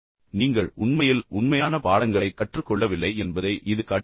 இப்போது நீங்கள் உண்மையில் உண்மையான பாடங்களைக் கற்றுக்கொள்ளவில்லை என்பதை இது காட்டுகிறது